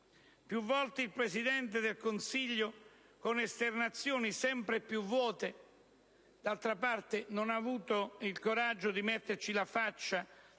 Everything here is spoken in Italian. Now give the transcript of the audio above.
Più volte il Presidente del Consiglio, con esternazioni sempre più vuote (d'altra parte non ha avuto il coraggio di metterci la faccia